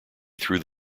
through